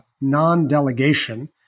non-delegation